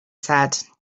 said